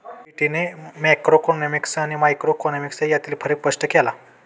स्वीटीने मॅक्रोइकॉनॉमिक्स आणि मायक्रोइकॉनॉमिक्स यांतील फरक स्पष्ट केला